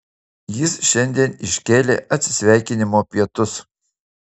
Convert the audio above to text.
jis šiandien iškėlė atsisveikinimo pietus